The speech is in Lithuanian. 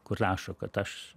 kur rašo kad aš